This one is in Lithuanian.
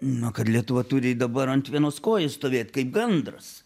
no kad lietuva turi dabar ant vienos kojos stovėt kaip gandras